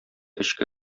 эчке